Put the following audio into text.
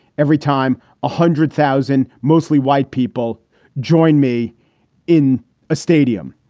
every time a hundred thousand mostly white people join me in a stadium.